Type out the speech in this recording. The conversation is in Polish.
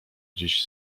gdzieś